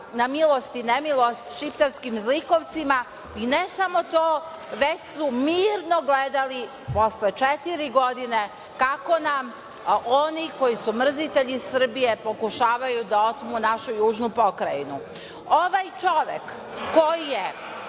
na milost i nemilost šiptarskim zlikovcima, i ne samo to, već su mirno gledali posle četiri godine kako nam oni koji su mrzitelji Srbije pokušavaju da otmu našu južnu pokrajinu. Ovaj čovek koji je